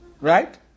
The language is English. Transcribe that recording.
Right